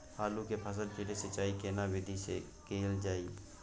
आलू के फसल के सिंचाई केना विधी स कैल जाए?